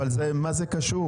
אבל זה מה זה קשור?